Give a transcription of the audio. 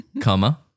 comma